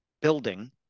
building